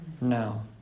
now